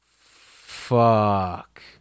Fuck